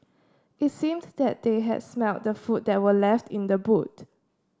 it seemed that they had smelt the food that were left in the boot